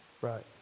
Right